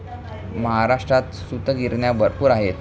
महाराष्ट्रात सूतगिरण्या भरपूर आहेत